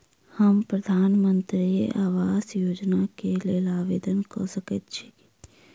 हम प्रधानमंत्री आवास योजना केँ लेल आवेदन कऽ सकैत छी?